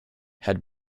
had